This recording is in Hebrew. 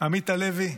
עמית הלוי,